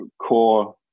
Core